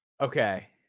Okay